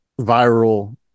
viral